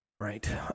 Right